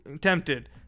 tempted